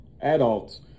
Adults